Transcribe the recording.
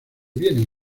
vienen